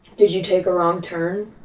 did you take a wrong turn?